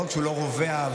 לא רק שהוא לא רווה אהבה,